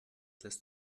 lässt